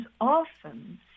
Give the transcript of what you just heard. often